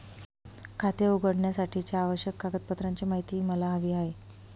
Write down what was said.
खाते उघडण्यासाठीच्या आवश्यक कागदपत्रांची माहिती मला हवी आहे